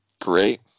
Great